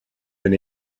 been